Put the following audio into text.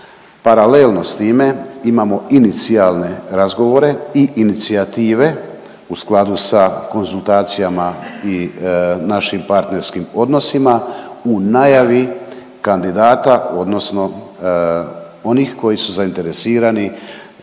paralelno s time imamo inicijalne razgovore i inicijative u skladu sa konzultacijama i našim partnerskim odnosima u najavi kandidata odnosno onih koji su zainteresirani